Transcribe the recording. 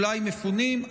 אולי מפונים,